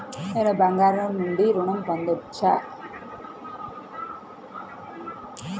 నేను బంగారం నుండి ఋణం పొందవచ్చా?